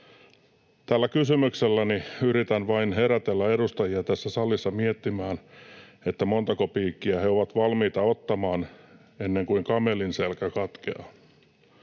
Tällä kysymykselläni yritän vain herätellä edustajia tässä salissa miettimään, montako piikkiä he ovat valmiita ottamaan, ennen kuin kamelin selkä katkeaa.